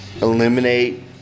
eliminate